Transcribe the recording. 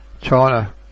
China